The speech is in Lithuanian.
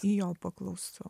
jo paklausau